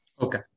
Okay